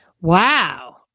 Wow